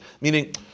Meaning